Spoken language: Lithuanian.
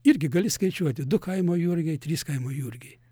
irgi gali skaičiuoti du kaimo jurgiai trys kaimo jurgiai